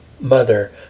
mother